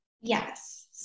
Yes